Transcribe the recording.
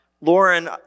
Lauren